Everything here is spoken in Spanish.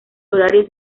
horario